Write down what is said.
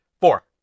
four